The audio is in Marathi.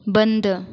बंद